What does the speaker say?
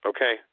Okay